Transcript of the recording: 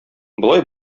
болай